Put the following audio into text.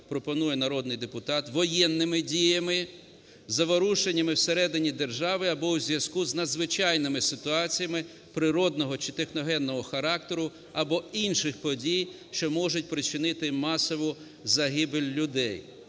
пропонує народний депутат), воєнними діями, заворушеннями всередині держави або у зв'язку з надзвичайними ситуаціями природного чи техногенного характеру або інших подій, що можуть спричинити масову загибель людей".